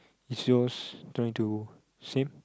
is yours trying to same